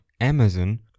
Amazon